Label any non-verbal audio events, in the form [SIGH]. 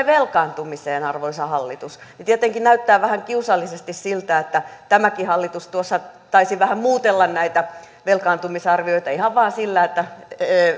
[UNINTELLIGIBLE] velkaantumiseen arvoisa hallitus niin tietenkin näyttää vähän kiusallisesti siltä että tämäkin hallitus tuossa taisi vähän muutella näitä velkaantumisarvioita ihan vain sillä että